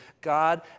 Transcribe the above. God